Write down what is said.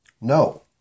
No